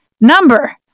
number